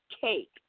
cake